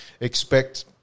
expect